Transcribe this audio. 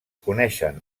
coneixen